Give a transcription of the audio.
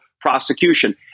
prosecution